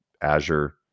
Azure